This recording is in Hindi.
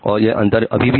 और यह अंतर अभी भी है